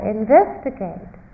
investigate